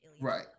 Right